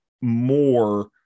more